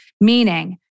meaning